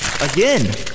Again